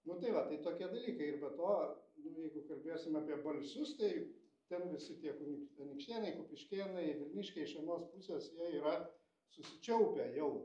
nu tai va tai tokie dalykai ir be to nu jeigu kalbėsim apie balsius tai ten visi tie kur anykštėnai kupiškėnai vilniškiai iš vienos pusės jie yra susičiaupę jau